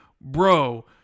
bro